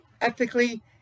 ethically